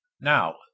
Now